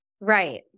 Right